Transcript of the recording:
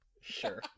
sure